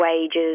wages